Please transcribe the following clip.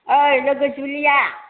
ओइ लोगो जुलिया